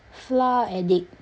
flour addict